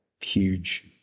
huge